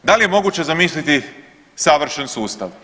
Da li je moguće zamisliti savršen sustav?